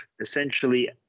essentially